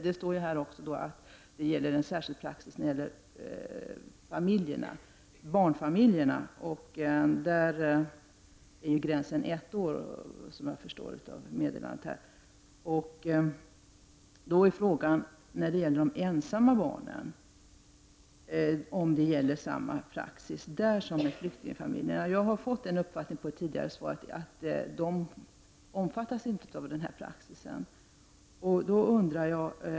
Det står i svaret att en särskild praxis gäller barnfamiljerna. Gränsen för dessa är ett år. Jag undrar om den praxis som gäller barnfamiljerna också gäller de ensamma barnen? Jag har tidigare fått uppfattningen att de ensamma barnen inte omfattas av denna praxis.